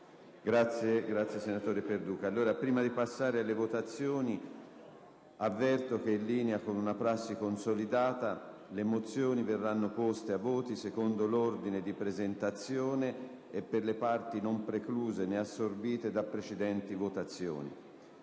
nuova finestra"). Prima di passare alla votazione, avverto che, in linea con una prassi consolidata, le mozioni saranno poste ai voti secondo l'ordine di presentazione e per le parti non precluse né assorbite da precedenti votazioni.